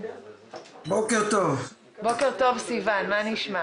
בוקר טוב, סיון, מה נשמע?